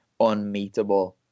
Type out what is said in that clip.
unmeetable